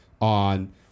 on